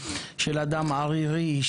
של אדם ערירי,